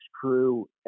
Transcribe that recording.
Crew